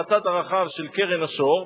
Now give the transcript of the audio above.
מהצד הרחב של קרן השור,